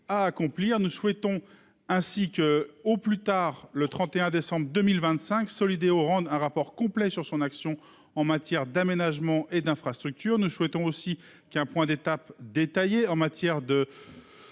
accomplir. Nous souhaitons ainsi que, au plus tard le 31 décembre 2025 Solideo rendre un rapport complet sur son action en matière d'aménagement et d'infrastructures ne souhaitons aussi qu'un point d'étape détaillées en matière de.